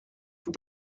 for